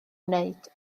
wneud